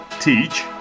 teach